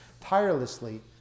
tirelessly